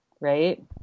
right